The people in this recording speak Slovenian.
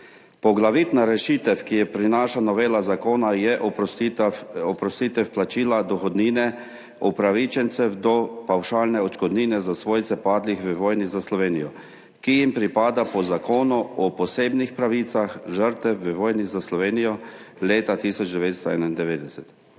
Poglavitna rešitev, ki jo prinaša novela zakona, je oprostitev plačila dohodnine upravičencev do pavšalne odškodnine za svojce padlih v vojni za Slovenijo, ki jim pripada po Zakonu o posebnih pravicah žrtev v vojni za Slovenijo 1991.